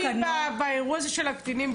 באירוע הזה של הקטינים,